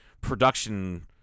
production